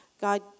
God